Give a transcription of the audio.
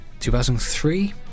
2003